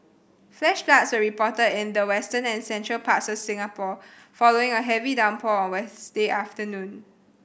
flash floods were reported in the western and central parts of Singapore following a heavy downpour on Wednesday afternoon